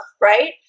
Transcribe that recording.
right